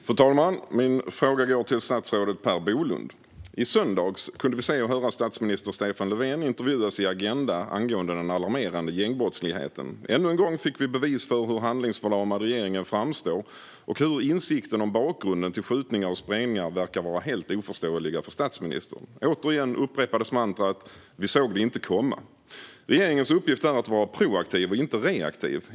Fru talman! Min fråga går till statsrådet Per Bolund. I söndags kunde vi se och höra statsminister Stefan Löfven intervjuas i Agenda angående den alarmerande gängbrottsligheten. Än en gång fick vi bevis för hur handlingsförlamad regeringen framstår och att insikten om bakgrunden till skjutningar och sprängningar verkar helt obefintlig hos statsministern. Återigen upprepades mantrat "vi såg det inte komma". Regeringens uppgift är att vara proaktiv och inte reaktiv.